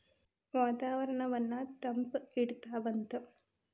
ವಾತಾವರಣನ್ನ ತಂಪ ಇಡತಾವಂತ